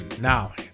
now